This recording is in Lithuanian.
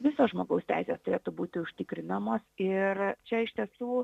visos žmogaus teisės turėtų būti užtikrinamos ir čia iš tiesų